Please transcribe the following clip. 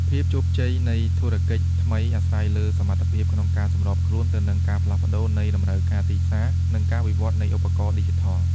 ភាពជោគជ័យនៃធុរកិច្ចថ្មីអាស្រ័យលើសមត្ថភាពក្នុងការសម្របខ្លួនទៅនឹងការផ្លាស់ប្តូរនៃតម្រូវការទីផ្សារ និងការវិវត្តនៃឧបករណ៍ឌីជីថល។